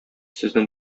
сезнең